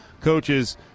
coaches